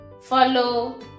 follow